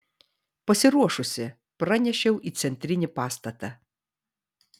pasiruošusi pranešiau į centrinį pastatą